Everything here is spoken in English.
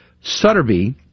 Sutterby